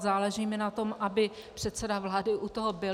Záleží mi na tom, aby předseda vlády u toho byl.